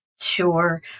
Sure